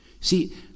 See